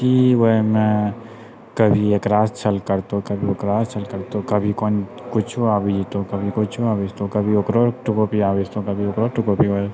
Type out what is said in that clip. की ओइमे कभी एकरासँ छल करतौ कभी ओकरासँ छल कैरतौ कभी कुछो आबि जेतो कभी कुछो आबि जेतो कभी ओकरो